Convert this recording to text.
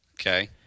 Okay